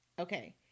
Okay